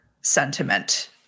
sentiment